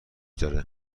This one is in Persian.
داره